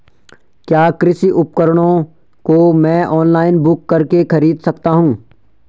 क्या कृषि उपकरणों को मैं ऑनलाइन बुक करके खरीद सकता हूँ?